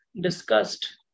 discussed